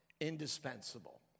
indispensable